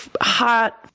hot